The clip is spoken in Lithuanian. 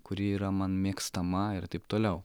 kuri yra man mėgstama ir taip toliau